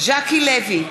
ז'קי לוי,